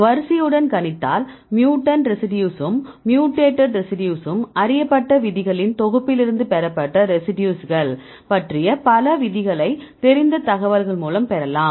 வரிசையுடன் கணித்தால் மியூட்டண்ட் ரெசிடியூசும் மியூட்டேடட் ரெசிடியூசும் அறியப்பட்ட விதிகளின் தொகுப்பிலிருந்து பெறப்பட்ட ரெசிடியூஸ்கள் பற்றிய பல விதிகளை தெரிந்த தகவல்கள் மூலம் பெறலாம்